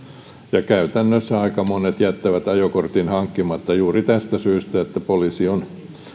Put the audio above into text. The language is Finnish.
ja käytännössä aika monet jättävät ajokortin hankkimatta juuri tästä syystä että poliisi on